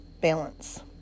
Balance